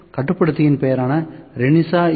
கட்டுப்படுத்தியின் பெயர் ரெனிஷா யு